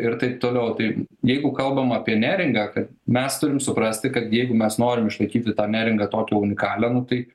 ir taip toliau tai jeigu kalbam apie neringą mes turim suprasti kad jeigu mes norim išlaikyti tą neringą tokią unikalią nu tai